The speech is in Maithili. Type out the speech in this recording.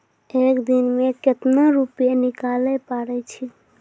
एक दिन मे केतना रुपैया निकाले पारै छी?